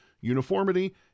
uniformity